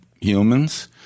humans